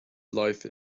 life